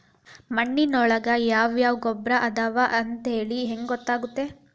ಮಣ್ಣಿನೊಳಗೆ ಯಾವ ಯಾವ ಗೊಬ್ಬರ ಅದಾವ ಅಂತೇಳಿ ಹೆಂಗ್ ಗೊತ್ತಾಗುತ್ತೆ?